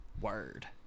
Word